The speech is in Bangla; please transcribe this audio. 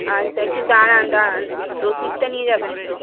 আচ্ছা একটু দাঁড়ান দাঁড়ান রশিদটা নিয়ে যাবেন তো